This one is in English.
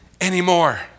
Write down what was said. anymore